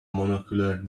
monocular